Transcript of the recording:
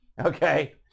Okay